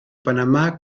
panamá